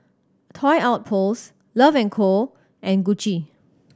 Toy Outpost Love and Co and Gucci